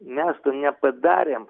mes to nepadarėm